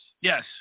Yes